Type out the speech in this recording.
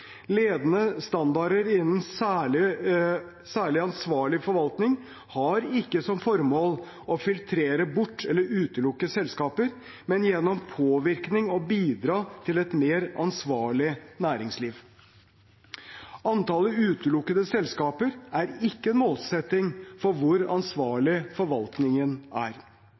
Ledende standarder innen særlig ansvarlig forvaltning har ikke som formål å filtrere bort eller utelukke selskaper, men gjennom påvirkning å bidra til et mer ansvarlig næringsliv. Antallet utelukkede selskaper er ikke en målsetting for hvor ansvarlig forvaltningen er.